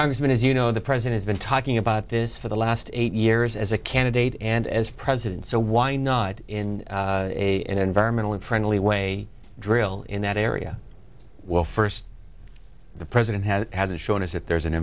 congressman as you know the president been talking about this for the last eight years as a candidate and as president so why not in a an environmentally friendly way drill in that area well first the president has shown us that there's an